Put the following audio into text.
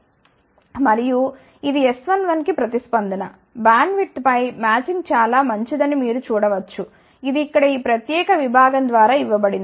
మరియు ఇది S11 కి ప్రతిస్పందన బ్యాండ్విడ్త్పై మ్యాచింగ్ చాలా మంచిదని మీరు చూడ వచ్చు ఇది ఇక్కడ ఈ ప్రత్యేక విభాగం ద్వారా ఇవ్వబడింది